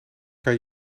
kan